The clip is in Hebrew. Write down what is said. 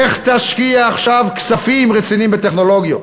לך תשקיע עכשיו כספים רציניים בטכנולוגיות.